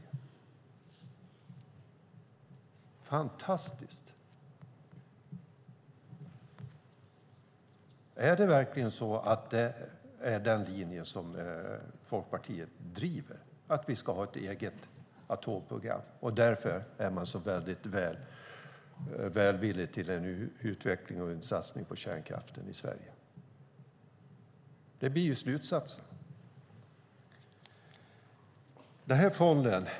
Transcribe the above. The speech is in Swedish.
Det är fantastiskt! Är det verkligen så att det är den linje som Folkpartiet driver, att vi ska ha ett eget atomprogram, och att man därför är så välvillig till en utveckling av och en satsning på kärnkraften i Sverige? Det blir slutsatsen.